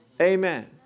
amen